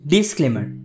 Disclaimer